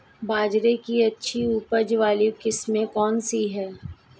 बाजरे की अच्छी उपज वाली किस्म कौनसी है?